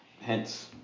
hence